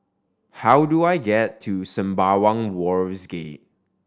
how do I get to Sembawang Wharves Gate